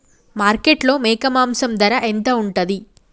మార్కెట్లో మేక మాంసం ధర ఎంత ఉంటది?